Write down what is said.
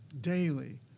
daily